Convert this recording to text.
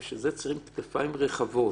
בשביל זה צריכים כתפיים רחבות.